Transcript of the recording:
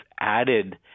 added